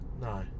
no